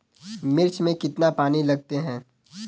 मिर्च में कितने पानी लगते हैं?